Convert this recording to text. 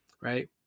right